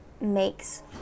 makes